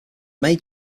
may